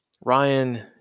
Ryan